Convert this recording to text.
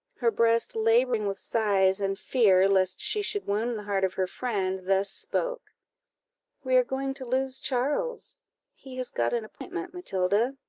her breast labouring with sighs, and fear lest she should wound the heart of her friend, thus spoke we are going to lose charles he has got an appointment, matilda.